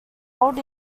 old